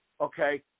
okay